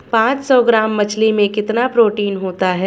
पांच सौ ग्राम मछली में कितना प्रोटीन होता है?